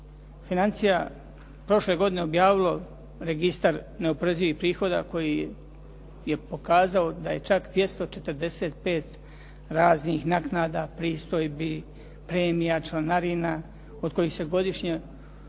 financija prošle godine objavilo Registar neoporezivih prihoda koji je pokazao da je čak 245 raznih naknada, pristojbi, premija, članarina od kojih se godišnje